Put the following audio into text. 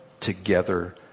together